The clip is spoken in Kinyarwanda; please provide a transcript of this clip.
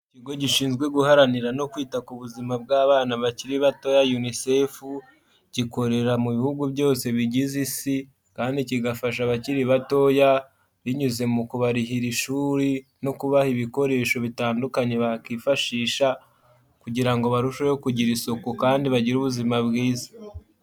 Ikigo gishinzwe guharanira no kwita ku buzima bw'abana bakiri batoya Unicefu, gikorera mu bihugu byose bigize Isi kandi kigafasha abakiri batoya binyuze mu kubarihira ishuri no kubaha ibikoresho bitandukanye bakifashisha kugira ngo barusheho kugira isuku kandi bagire ubuzima bwiza.